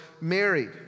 married